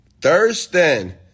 Thurston